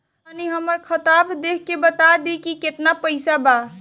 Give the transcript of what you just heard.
तनी हमर खतबा देख के बता दी की केतना पैसा बा?